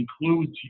includes